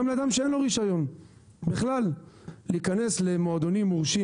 לאדם שאין לו רישיון בכלל להיכנס למועדונים מורשים